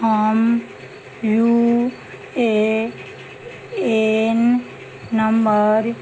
हम U A N number